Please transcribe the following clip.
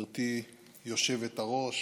גברתי היושבת-ראש,